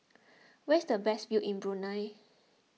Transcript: where is the best view in Brunei